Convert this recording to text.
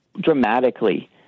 dramatically